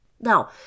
Now